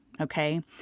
Okay